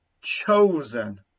chosen